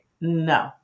no